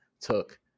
took